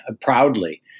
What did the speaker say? proudly